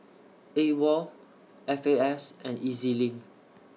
AWOL F A S and E Z LINK